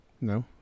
No